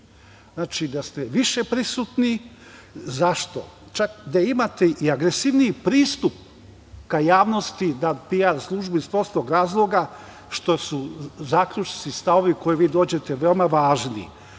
da ste više prisutni, čak da imate i agresivniji pristup ka javnosti, "pi-ar" službu, iz prostog razloga što su zaključci i stavovi do kojih vi dođete veoma važni.